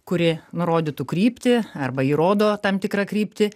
kuri nurodytų kryptį arba ji rodo tam tikrą kryptį